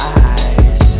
eyes